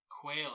quail